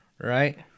Right